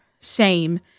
shame